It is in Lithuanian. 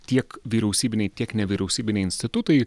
tiek vyriausybiniai tiek nevyriausybiniai institutai